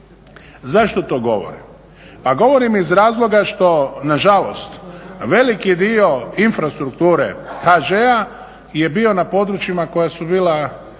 Zašto to govorim? Pa govorim iz razloga što na žalost veliki dio infrastrukture HŽ-a je bio na područjima koja su bila